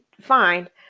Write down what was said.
find